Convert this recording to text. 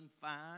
fine